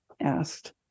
asked